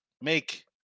make